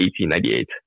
1898